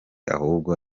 ahubwo